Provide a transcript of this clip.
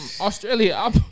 Australia